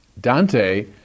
Dante